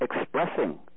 expressing